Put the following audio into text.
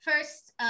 First